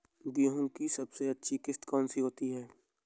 गेहूँ की सबसे अच्छी किश्त कौन सी होती है?